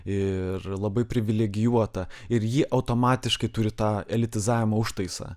ir labai privilegijuota ir ji automatiškai turi tą elitizavimo užtaisą